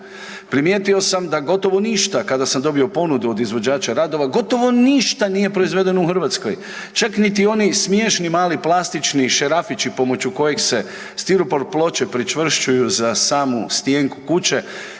Primijetio sam da gotovo ništa kada sam dobio ponudu od izvođača radova gotovo ništa nije proizvedeno u Hrvatskoj. Čak niti oni smiješni mali plastični šarafići pomoću kojeg se stiropor ploče pričvršćuju za samu stjenku kuće